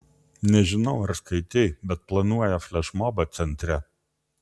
nežinau ar skaitei bet planuoja flešmobą centre